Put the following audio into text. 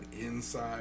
inside